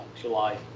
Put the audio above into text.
July